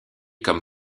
comme